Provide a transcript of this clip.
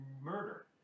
murder